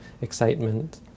excitement